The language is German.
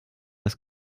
des